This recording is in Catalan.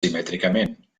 simètricament